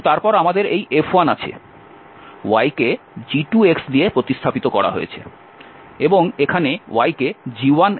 এবং তারপর আমাদের এই F1আছে y কে g2দিয়ে প্রতিস্থাপিত করা হয়েছে এবং এখানে y কে g1 দিয়ে প্রতিস্থাপিত করা হয়েছে